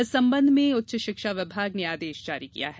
इस संबंध में उच्च शिक्षा विभाग ने आदेश जारी किया है